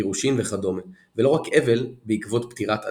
גירושין וכדומה ולא רק אבל בעקבות פטירת אדם.